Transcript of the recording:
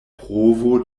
provo